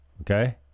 okay